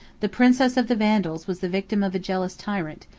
the princess of the vandals was the victim of a jealous tyrant,